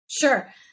Sure